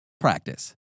Practice